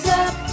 up